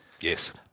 Yes